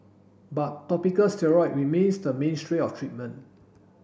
but topical steroid remains the mainstream of treatment